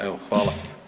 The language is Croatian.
Evo, hvala.